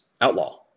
outlaw